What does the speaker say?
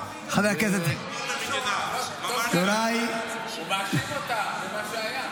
------ הוא מאשים אותה במה שהיה.